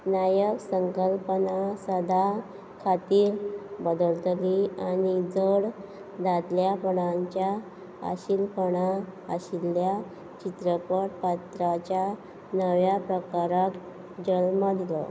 नायक संकल्पना सदां खातीर बदलतली आनी जड दादल्यापणांच्या आशिलपणां आशिल्ल्या चित्रपट पात्राच्या नव्या प्रकाराक जल्म दिलो